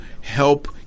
help